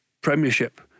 Premiership